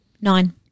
Nine